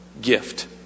gift